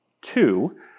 Two